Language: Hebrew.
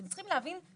אתם צריכים להבין,